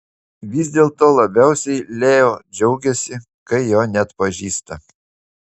vis dėlto labiausiai leo džiaugiasi kai jo neatpažįsta